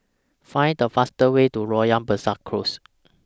Find The fastest Way to Loyang Besar Close